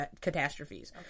catastrophes